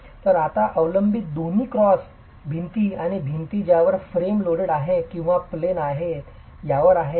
तर आता अवलंबित्व दोन्ही क्रॉस भिंती आणि भिंत ज्यावर फेस लोडेड आहे किंवा प्लेन बाहेर आहे यावर आहे